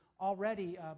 already